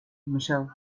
michelle